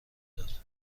داد